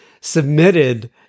submitted